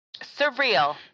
Surreal